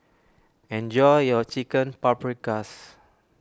enjoy your Chicken Paprikas